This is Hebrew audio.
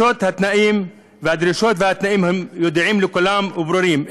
הדרישות והתנאים ידועים לכולם וברורים: